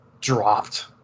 dropped